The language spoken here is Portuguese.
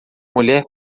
mulher